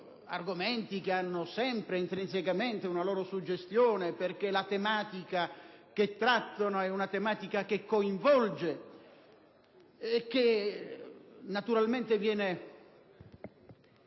argomenti che hanno sempre intrinsecamente una loro suggestione, perché la tematica che trattano coinvolge e naturalmente viene